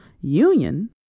Union